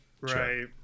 right